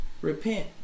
Repent